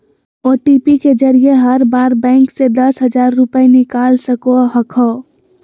OTP के जरिए हर बार बैंक से दस हजार रुपए निकाल सको हखो